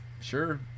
sure